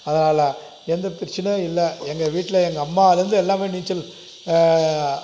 அதனால் எந்த பிரச்சினையும் இல்லை எங்கள் வீட்டில் எங்கள் அம்மாலேருந்து எல்லாமே நீச்சல்